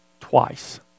twice